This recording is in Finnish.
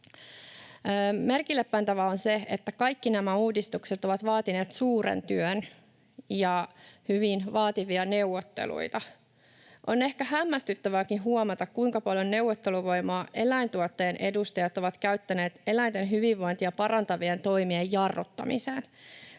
Merkille pantavaa on, että kaikki nämä uudistukset ovat vaatineet suuren työn ja hyvin vaativia neuvotteluita. On ehkä hämmästyttävääkin huomata, kuinka paljon neuvotteluvoimaa eläintuotteiden edustajat ovat käyttäneet eläinten hyvinvointia parantavien toimien jarruttamiseen.